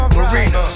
Marina